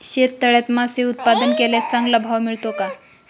शेततळ्यात मासे उत्पादन केल्यास चांगला भाव मिळतो का?